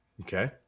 Okay